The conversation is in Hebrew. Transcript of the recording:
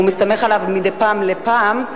והוא מסתמך עליו מדי פעם בפעם,